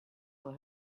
for